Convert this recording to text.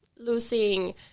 losing